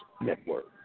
Network